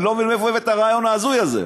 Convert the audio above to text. אני לא מבין מאיפה הבאת את הרעיון ההזוי הזה.